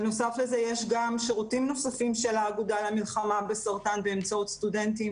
בנוסף לזה יש שירותים נוספים של האגודה למלחמה בסרטן באמצעות סטודנטים